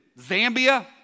Zambia